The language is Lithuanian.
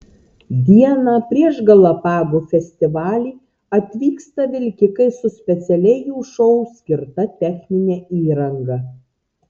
dieną prieš galapagų festivalį atvyksta vilkikai su specialiai jų šou skirta technine įranga